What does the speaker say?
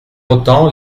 autant